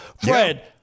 Fred